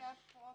נטישה פרופר.